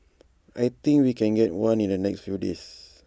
I think we can get one in the next few days